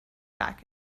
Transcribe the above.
back